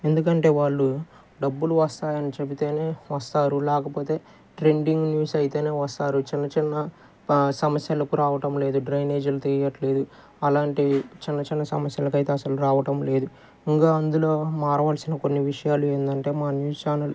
ఎందుకంటే వాళ్ళు డబ్బులు వస్తాయని చెపితేనే వస్తారు లేకపోతే ట్రెండింగ్ న్యూస్ అయితేనే వస్తారు చిన్న చిన్న సమస్యలకు రావటంలేదు డ్రైనేజీలు తీయట్లేదు అలాంటి చిన్న చిన్న సమస్యలకైతే అసలు రావటం లేదు ఇంకా అందులో మారవలసిన కొన్ని విషయాలు ఏమిటంటే మా న్యూస్ ఛానల్